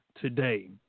today